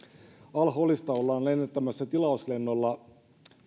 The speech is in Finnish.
al holista ollaan lennättämässä tilauslennolla